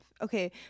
Okay